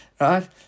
Right